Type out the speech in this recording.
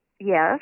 yes